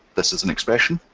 this is an expression,